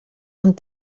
ond